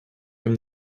from